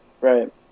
Right